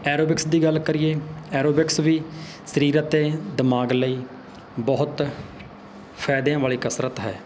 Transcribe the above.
aerobics ਦੀ ਗੱਲ ਕਰੀਏ ਐਰੋਬਿਕਸ ਵੀ ਸਰੀਰ ਅਤੇ ਦਿਮਾਗ ਲਈ ਬਹੁਤ ਫਾਇਦਿਆਂ ਵਾਲੀ ਕਸਰਤ ਹੈ